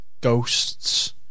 ghosts